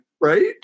Right